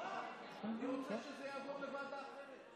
תעשו דיון בוועדת הכנסת על איזה